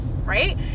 Right